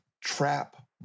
trap